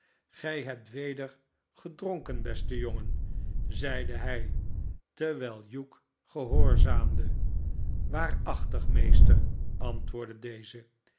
gij hebt weder gedronken beste jongen zeide hij terwijl hugh gehoorzaamde waarachtig meester antwoordde deze